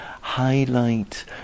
highlight